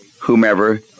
whomever